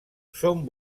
són